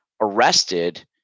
arrested